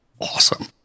awesome